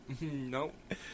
Nope